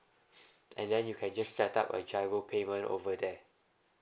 and then you can just set up a G_I_R_O payment over there